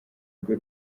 rwe